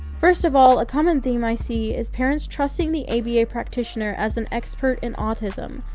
first of all, a common theme i see is parents trusting the aba practitioner as an expert in autism.